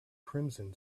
crimson